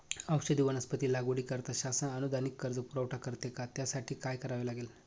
औषधी वनस्पती लागवडीकरिता शासन अनुदानित कर्ज पुरवठा करते का? त्यासाठी काय करावे लागेल?